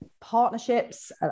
partnerships